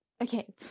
Okay